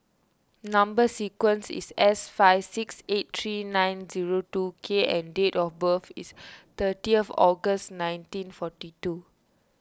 Number Sequence is S five six eight three nine zero two K and date of birth is thirty August nineteen forty two